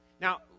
now